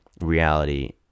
reality